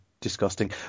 disgusting